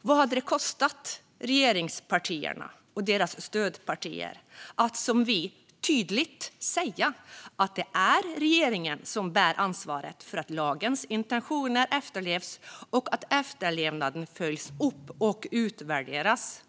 Vad hade det kostat regeringspartierna och deras stödpartier att som vi tydligt säga att det är regeringen som bär ansvaret för att lagens intentioner efterlevs och att efterlevnaden följs upp och utvärderas?